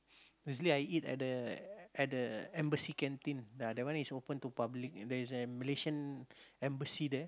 usually I eat at the at the embassy canteen ya that one is open to public there is a Malaysian embassy there